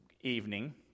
evening